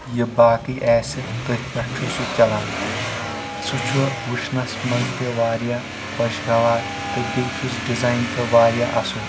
یہِ باقٕے آسہِ تٔتھۍ پٮ۪ٹھ چھُ سُہ چلان سُہ چھُ وٕچھنس منٛز تہِ واریاہ خۄشگوار تہٕ بییٚہِ چھُس ڈِزایِن تہِ واریاہ اصٕل